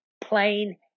Plain